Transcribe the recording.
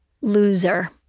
Loser